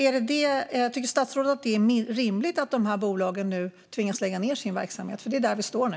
Tycker statsrådet att det är rimligt att de här bolagen nu tvingas lägga ned sin verksamhet? Det är där vi står nu.